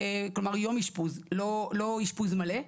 כלומר יום אשפוז לא אשפוז מלא.